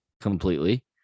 completely